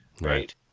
right